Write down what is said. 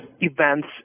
events